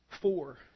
four